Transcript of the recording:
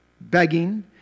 begging